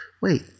wait